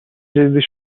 جدید